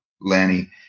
Lanny